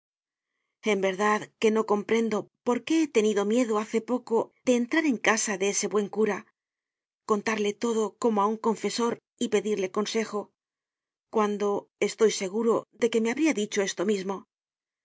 vuelto en verdad que no comprendo por qué he tenido miedo hace poco de entrar en casa de ese buen cura contarle todo como á un confesor y pedirle consejo cuando estoy seguro de que me habria dicho esto mismo